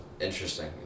interesting